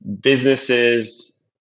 businesses